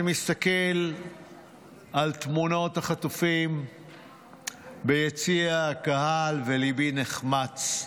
אני מסתכל על תמונות החטופים ביציע הקהל וליבי נחמץ.